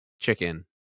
chicken